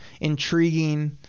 intriguing